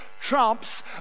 trumps